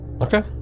Okay